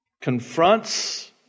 confronts